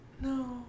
No